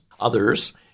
others